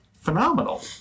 phenomenal